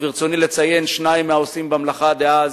וברצוני לציין שניים מהעושים במלאכה דאז,